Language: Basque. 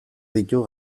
ditu